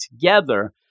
Together